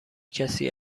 کسی